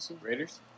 Raiders